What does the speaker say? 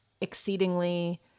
exceedingly